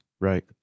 Right